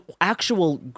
actual